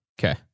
Okay